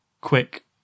quick